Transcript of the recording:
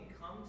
come